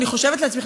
אני חושבת לעצמי,